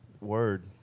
Word